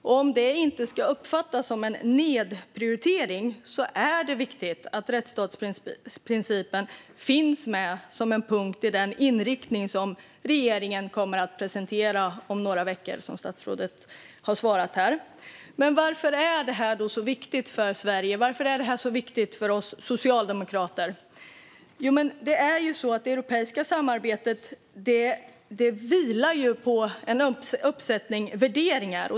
Om det inte ska uppfattas som en nedprioritering är det viktigt att rättsstatsprincipen finns med som en punkt i den inriktning som regeringen kommer att presentera om några veckor, som statsrådet har svarat här. Varför är det så viktigt för Sverige? Varför är det så viktigt för oss socialdemokrater? Det europeiska samarbetet vilar på en uppsättning värderingar.